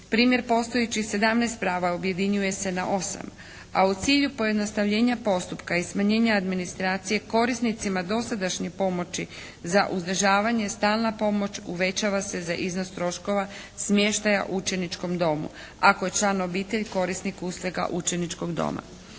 Primjer postojećih 17 prava objedinjuje se na 8, a u cilju pojednostavljenja postupka i smanjenja administracije korisnicima dosadašnje pomoći za uzdržavanje stalna pomoć uvećava se za iznos troškova smještaja u učeničkom domu. Ako je član obitelj korisnik usluga učeničkog doma.